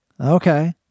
Okay